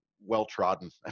well-trodden